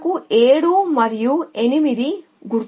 మనకు 7 మరియు 8 గుర్తు